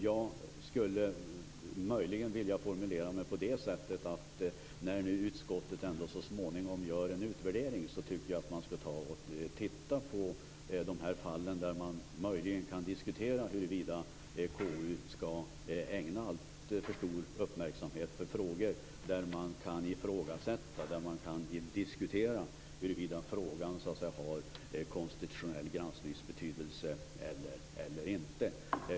Jag skulle möjligen vilja formulera mig på det sättet att när nu utskottet ändå så småningom gör en utvärdering, tycker jag att man skall titta på de fall där man möjligen kan diskutera huruvida KU skall ägna alltför stor uppmärksamhet åt frågor där man kan ifrågasätta och diskutera huruvida frågorna har konstitutionell granskningsbetydelse eller inte.